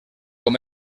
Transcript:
com